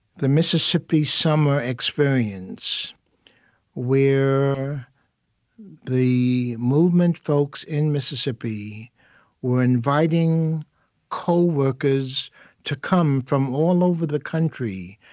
the mississippi summer experience where the movement folks in mississippi were inviting co-workers to come from all over the country,